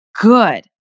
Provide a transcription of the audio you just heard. good